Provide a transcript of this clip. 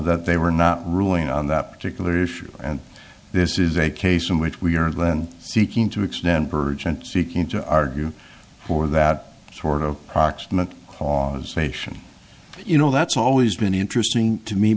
that they were not ruling on that particular issue and this is a case in which we are then seeking to extend burgeon seeking to argue for that sort of proximate cause facial you know that's always been interesting to me